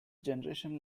generation